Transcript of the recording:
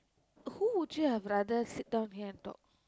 who would you have rather have sit down here and talk